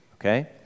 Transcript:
okay